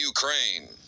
Ukraine